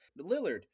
Lillard